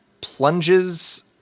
plunges